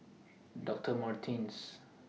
Dr Martens